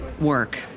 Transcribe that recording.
work